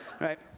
right